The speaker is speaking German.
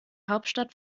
hauptstadt